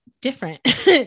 different